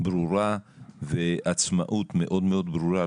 ברורה והעצמאות מאוד מאוד ברורה.